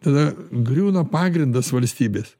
tada griūna pagrindas valstybės